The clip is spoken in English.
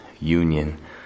union